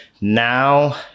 Now